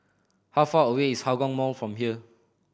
how far away is Hougang Mall from here